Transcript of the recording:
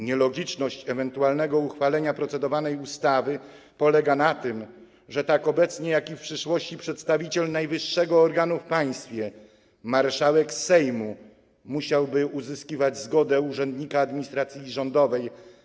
Nielogiczność ewentualnego uchwalenia procedowanej ustawy polega na tym, że tak obecnie, jak i w przyszłości przedstawiciel najwyższego organu w państwie, marszałek Sejmu, musiałby uzyskiwać zgodę urzędnika administracji rządowej.